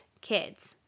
kids